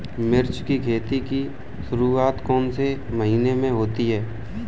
मिर्च की खेती की शुरूआत कौन से महीने में होती है?